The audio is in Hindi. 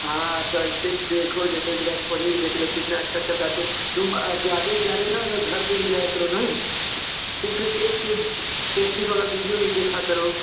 हाँ तो ऐसे ही देखो जैसे विराट कोहली को देख लो कितना अच्छा से तुम ज़्यादा से ज़्यादा ना अगर घर पर भी जाया करो ना तो क्रिकेट के प्रेक्टिस वाला वीडियो भी देखा करो